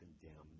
condemned